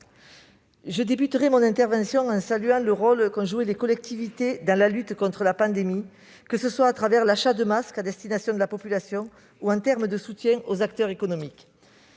je commencerai mon intervention en saluant le rôle qu'ont joué les collectivités dans la lutte contre la pandémie, que ce soit à travers l'achat de masques à destination de la population ou en termes de soutien aux acteurs économiques.